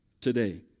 today